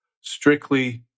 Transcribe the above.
strictly